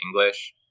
English